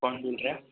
ਕੌਣ ਬੋਲ ਰਿਹਾ